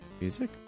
music